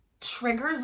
triggers